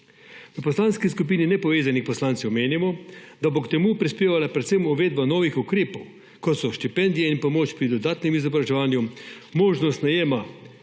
V Poslanski skupini nepovezanih poslancev menimo, da bo k temu prispevala predvsem uvedba novih ukrepov, kot so štipendije in pomoč pri dodatnem izobraževanju, možnost najema